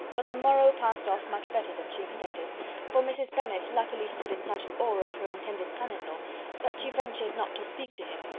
but the morrow passed off much better than she expected for mrs. bennet luckily stood in such awe of her intended son-in-law that she ventured not to speak to him,